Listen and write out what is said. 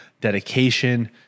dedication